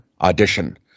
audition